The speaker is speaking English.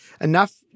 enough